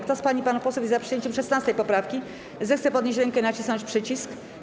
Kto z pań i panów posłów jest za przyjęciem 16. poprawki, zechce podnieść rękę i nacisnąć przycisk.